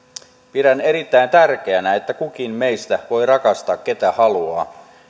pidän erittäin tärkeänä että kukin meistä voi rakastaa ketä haluaa